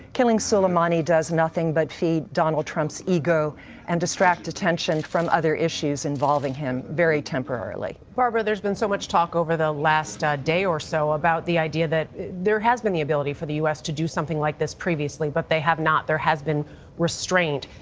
killing soleimani does nothing but feed donald trump's ego and distract attention from other issues involving him very temporarily. barbara, there's been so much talk over the last ah day or so about the idea that there has been the ability for the us to do something like this previously, but they have not. there has been restraint.